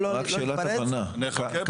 גם בסדרי עדיפות,